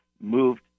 moved